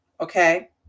Okay